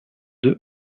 deux